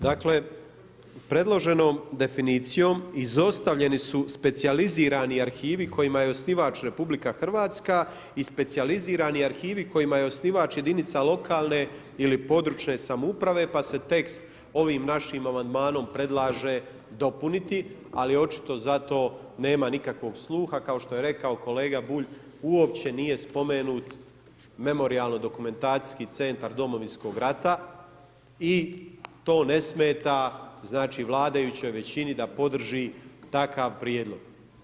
Dakle, predloženom definicijom izostavljeni su specijalizirani arhivi kojima je osnivač RH i specijalizirani arhivi kojima je osnivač jedinica lokalne ili područne samouprave, pa se tekst ovim našim amandmanom predlaže dopuniti, ali očito za to nema nikakvog sluha, kao što je rekao kolega Bulj, uopće nije spomenut memorijalno-dokumentacijski centar Domovinskog rata i to ne smeta vladajućoj većini da podrži takav prijedlog.